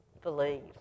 believe